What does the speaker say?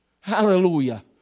Hallelujah